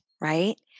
right